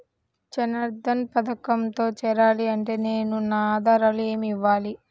జన్ధన్ పథకంలో చేరాలి అంటే నేను నా ఆధారాలు ఏమి ఇవ్వాలి?